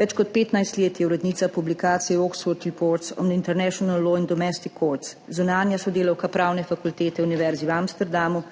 Več kot 15 let je urednica publikacije Oxford Reports on International Law in Domestic Courts, je zunanja sodelavka Pravne fakultete Univerze v Amsterdamu,